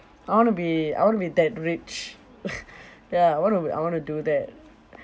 I want to be I want to be that rich ya I want to be I want to do that